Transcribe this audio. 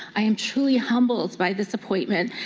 i am truly humbled by this appointment,